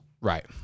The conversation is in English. Right